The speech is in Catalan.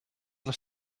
les